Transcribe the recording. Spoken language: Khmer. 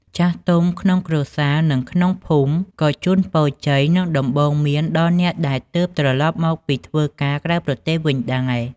ចាស់ទុំក្នុងគ្រួសារ និងក្នុងភូមិក៏ជូនពរជ័យ និងដំបូន្មានដល់អ្នកដែលទើបត្រឡប់មកពីធ្វើការក្រៅប្រទេសវិញដែរ។